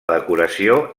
decoració